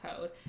code